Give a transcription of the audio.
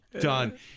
done